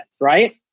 right